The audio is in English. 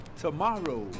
tomorrow